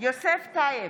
יוסף טייב,